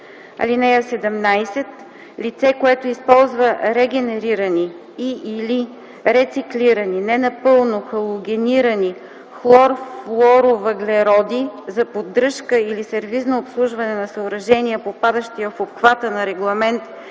лв. (17) Лице, което използва регенерирани и/или рециклирани ненапълно халогенирани хлорфлуорвъглеводороди за поддръжка или сервизно обслужване на съоръженията, попадащи в обхвата на Регламент